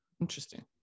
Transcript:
interesting